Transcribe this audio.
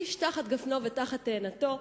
איש תחת גפנו ותחת תאנתו,